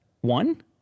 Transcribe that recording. one